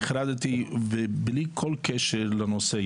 נחרדתי בלי כל קשר לנושא.